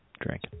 Drink